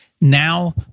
Now